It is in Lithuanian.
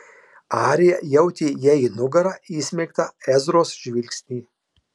arija jautė jai į nugarą įsmeigtą ezros žvilgsnį